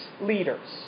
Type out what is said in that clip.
leaders